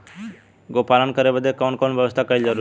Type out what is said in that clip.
गोपालन करे बदे कवन कवन व्यवस्था कइल जरूरी ह?